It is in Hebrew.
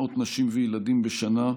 מאות נשים וילדים בשנה,